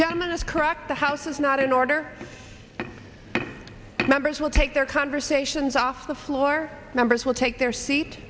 chairman is correct the house is not in order members will take their conversations off the floor members will take their seat